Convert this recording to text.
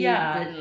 ya